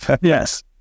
Yes